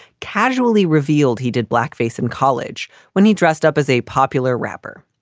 casually revealed he did blackface in college when he dressed up as a popular rapper.